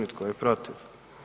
I tko je protiv?